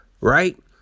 Right